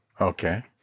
Okay